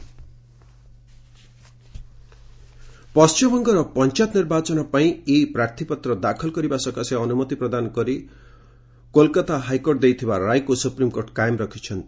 SC ଡବୁବି ପଶ୍ଚିମବଙ୍ଗର ପଞ୍ଚାୟତ ନିର୍ବାଚନ ପାଇଁ ଇ ପ୍ରାର୍ଥୀପତ୍ର ଦାଖଲ କରିବା ସକାଶେ ଅନୁମତି ପ୍ରଦାନ କରି କୋଲ୍କାତା ହାଇକୋର୍ଟ ଦେଇଥିବା ରାୟକୁ ସୁପ୍ରିମକୋର୍ଟ କାଏମ ରଖିଛନ୍ତି